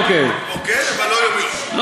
שאתה לא פוקד את בית-הכנסת יום-יום,